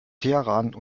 teheran